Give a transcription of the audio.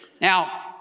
Now